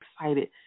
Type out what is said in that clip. excited